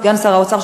סגן שר האוצר,